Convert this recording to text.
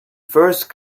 first